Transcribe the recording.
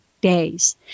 days